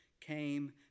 came